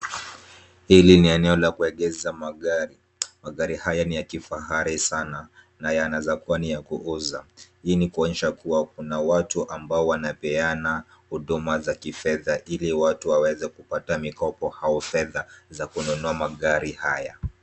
Hili ni eneo la kuegesha magari. Magari haya ni ya kifahari sana na yanaweza kuwa ni ya kuuza. Hii ni kuonyesha kuwa kuna watu ambao wanapeana huduma za kifedha, ili watu waweze kupata mikopo au fedha za kununua magari haya.